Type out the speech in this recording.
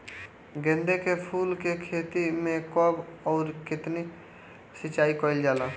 गेदे के फूल के खेती मे कब अउर कितनी सिचाई कइल जाला?